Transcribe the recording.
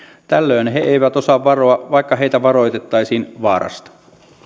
tällöin he he eivät osaa varoa vaikka heitä varoitettaisiin vaarasta